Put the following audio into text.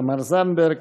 תמר זנדברג,